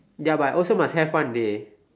ya but also must have fun dey